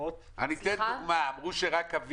המטרה של התקנה הזו היא בראש וראשונה לשמור על